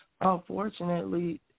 unfortunately